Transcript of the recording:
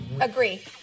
Agree